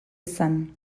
izan